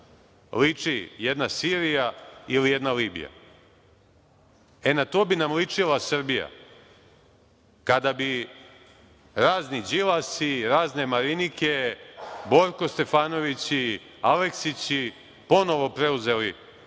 liči jedna Sirija ili jedna Libija? Na to bi nam ličila Srbija kada bi razni Đilasi, razne Marinike, Borko Stefanovići, Aleksići ponovo preuzeli vlast